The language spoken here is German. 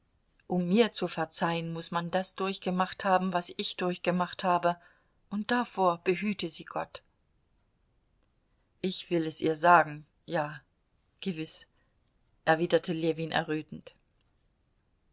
um mir zu verzeihen muß man das durchgemacht haben was ich durchgemacht habe und davor behüte sie gott ich will es ihr sagen ja gewiß erwiderte ljewin errötend